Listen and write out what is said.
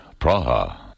Praha